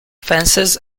fences